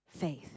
faith